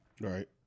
Right